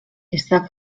està